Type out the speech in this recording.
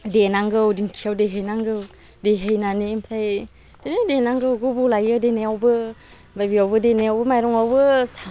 देनांगौ दिंखियाव देहैनांगौ देहैनानै ओमफ्राय है देनांगौ गोबाव लायो देनायावबो ओमफाय बेयावबो देनायावबो माइरंआवबो